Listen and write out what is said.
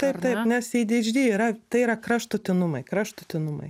taip taip nes adhd yra tai yra kraštutinumai kraštutinumai